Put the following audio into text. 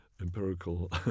empirical